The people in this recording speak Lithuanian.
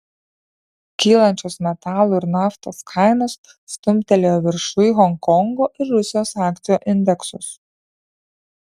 kylančios metalų ir naftos kainos stumtelėjo viršun honkongo ir rusijos akcijų indeksus